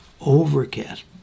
Overcast